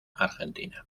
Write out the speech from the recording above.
argentina